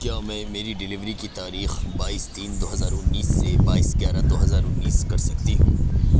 کیا میں میری ڈلیوری کی تاریخ بائیس تین دو ہزار انیس سے بائیس گیارہ دو ہزار انیس کر سکتی ہوں